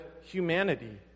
humanity